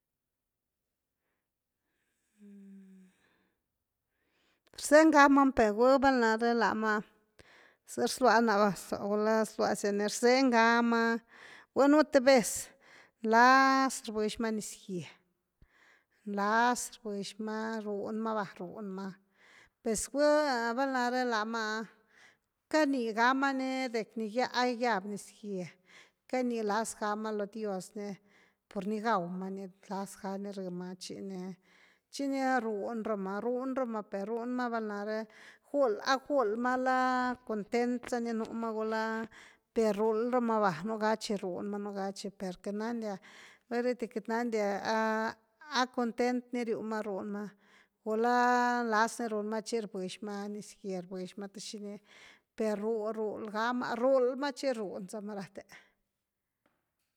r-zeny gaamany pe gûi valnaré laama z-zloa naareva so gulaa’ zloasyani rseny gaama gunu thy vez nlaz buxma nizgyee, nlaz rbuxma runma’ va runma’ pez guval nare laama’ canigamany dekny a yab nizgyee, kany lazgaama’ lo dios ni por ni gaumany lazgani r-ma chíni chíni runrama’ runrama’pe runma’ valnaré gul a gulmaala contentzany ni numa gula’ per rulramava un ga chi runma’ nu ga chi per katnandia vay r-thi katnadia ah a content ni ryuma’ runma’ gula’ nlaz ni runma’ chi r>b>xima nizgyee’ r>b>xima th-shini per rul-rulgaama, rulma chi runzama’ raate.